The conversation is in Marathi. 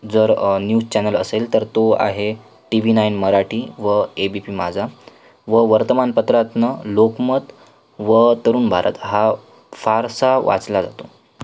जर न्यूज चॅनल असेल तर तो आहे टी व्ही नाईन मराठी व ए बी पी माझा व वर्तमानपत्रात ना लोकमत व तरूण भारत हा फारसा वाचला जातो